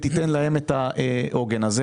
תיתן להם את העוגן הזה.